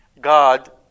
God